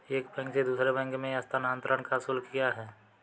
एक बैंक से दूसरे बैंक में स्थानांतरण का शुल्क क्या है?